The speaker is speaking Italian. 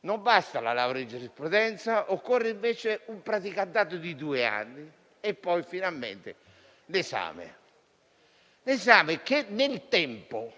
non basta la laurea in giurisprudenza. Occorre, invece, un praticantato di due anni e poi, finalmente, l'esame. Esame che, nel tempo,